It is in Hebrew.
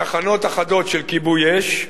תחנות אחדות של כיבוי אש,